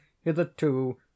hitherto